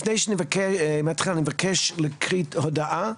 לפני שנתחיל אני מבקש להקליט הודעה.